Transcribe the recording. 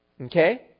Okay